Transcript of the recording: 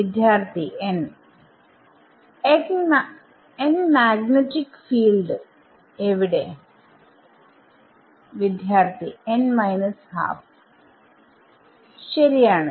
വിദ്യാർത്ഥി n n magnetic field എവിടെ വിദ്യാർത്ഥി n ½ ശരിയാണ്